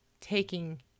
taking